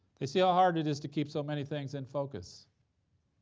they'd see how hard it is to keep so many things in focus.